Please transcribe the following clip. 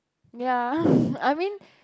ya I mean